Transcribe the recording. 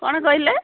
କ'ଣ କହିଲେ